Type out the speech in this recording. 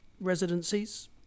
residencies